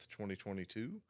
2022